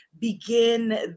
begin